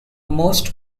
most